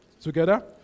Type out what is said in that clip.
together